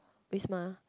Wisma